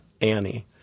Annie